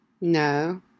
No